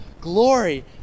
glory